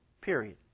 Period